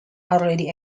already